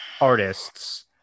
artists